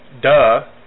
duh